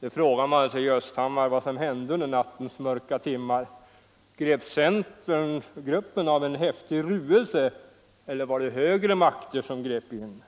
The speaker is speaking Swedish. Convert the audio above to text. Nu frågar man sig i Östhammar vad som hände under nattens mörka timmar. Greps centergruppen av en häftig ruelse eller var det högre makter som grep in?